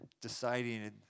deciding